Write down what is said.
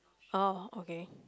oh okay